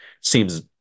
seems